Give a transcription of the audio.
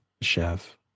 Chef